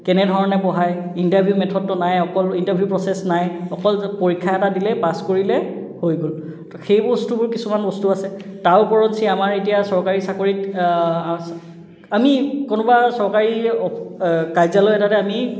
কেনে ধৰণে পঢ়াই ইণ্টাৰ্ভিউ মেথডটো নাই অকল ইণ্টাৰ্ভিউ প্ৰচেছ নাই অকল যে পৰীক্ষা এটা দিলে পাছ কৰিলে হৈ গ'ল সেই বস্তুবোৰ কিছুমান বস্তু আছে তাৰ ওপৰঞ্চি আমাৰ এতিয়া চৰকাৰী চাকৰিত আমি কোনোবা চৰকাৰী কাৰ্যালয় এটাতে আমি